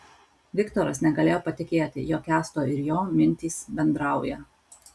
viktoras negalėjo patikėti jog kęsto ir jo mintys bendrauja